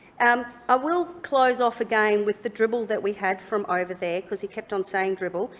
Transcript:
um i will close off again with the dribble that we had from over there because he kept on saying dribble,